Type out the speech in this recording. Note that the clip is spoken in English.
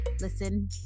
Listen